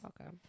okay